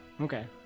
Okay